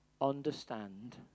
understand